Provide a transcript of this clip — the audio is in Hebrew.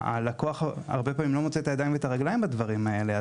והלקוח הרבה פעמים לא מוצא את הידיים ואת הרגליים בדברים האלה.